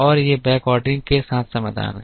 और ये बैकऑर्डरिंग के साथ समाधान हैं